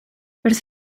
wrth